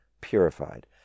purified